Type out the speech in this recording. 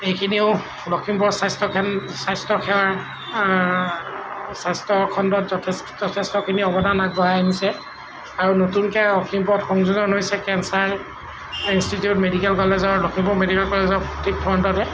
এইখিনিও লখিমপুৰ স্বাস্থ্যখেন স্বাস্থ্যসেৱাত স্বাস্থ্যখণ্ডত যথেষ্ট যথেষ্টখিনি অৱদান আগবঢ়াই আহিছে আৰু নতুনকৈ লখিমপুৰত সংযোজন হৈছে কেঞ্চাৰ ইনষ্টিটিউট মেডিকেল কলেজৰ লখিমপুৰ মেডিকেল কলেজৰ ঠিক ফ্ৰণ্টতে